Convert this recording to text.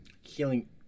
Healing